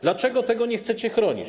Dlaczego tego nie chcecie chronić?